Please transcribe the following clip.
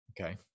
Okay